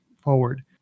forward